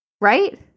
Right